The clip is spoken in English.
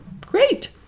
Great